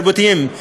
תרבותיים.